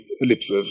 ellipses